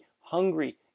hungry